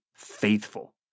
Faithful